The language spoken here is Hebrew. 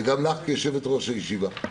וגם לך, כיושבת-ראש הישיבה.